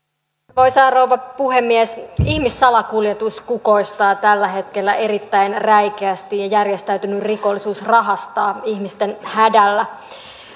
arvoisa rouva puhemies ihmissalakuljetus kukoistaa tällä hetkellä erittäin räikeästi ja järjestäytynyt rikollisuus rahastaa ihmisten hädällä